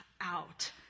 out